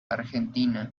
argentina